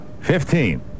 Fifteen